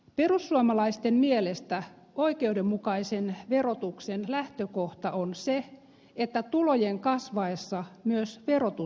perussuomalaisten mielestä oikeudenmukaisen verotuksen lähtökohta on se että tulojen kasvaessa myös verotus kiristyy